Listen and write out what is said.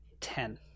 ten